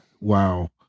wow